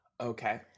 Okay